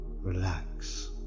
relax